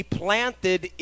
planted